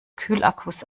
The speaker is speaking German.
kühlakkus